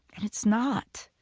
and it's not.